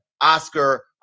Oscar